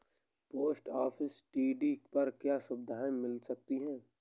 Post office TD पर क्या सुविधाएँ मिल सकती है?